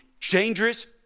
dangerous